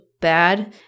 bad